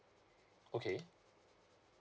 okay